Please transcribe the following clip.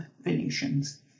Venetians